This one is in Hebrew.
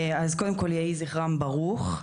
אז קודם כל יהי זכרם ברור.